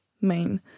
main